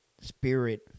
spirit